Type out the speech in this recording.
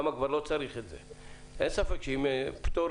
אין ספק שאם פטור